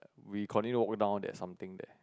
we continue own out at something there